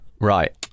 right